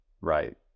Right